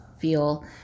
feel